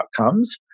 outcomes